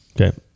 Okay